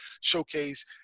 showcase